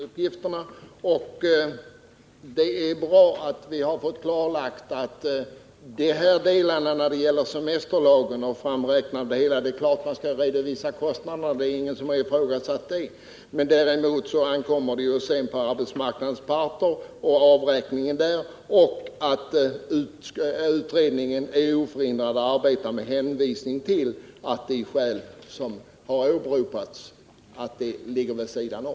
Fru talman! Jag tackar Gabriel Romanus för de klarläggande uppgifterna. Det är bra att vi har fått de här delarna beträffande semesterlagen klarlagda. Givetvis skall man redovisa kostnaderna. Ingen har ifrågasatt den saken. Men sedan ankommer det på arbetsmarknadens parter att göra en bedömning. Utredningen är alltså oförhindrad att arbeta vidare under åberopande av särskilda skäl.